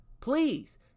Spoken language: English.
Please